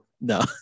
No